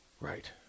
Right